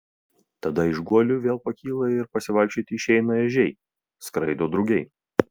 tada iš guolių vėl pakyla ir pasivaikščioti išeina ežiai skraido drugiai